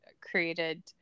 created